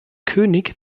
könig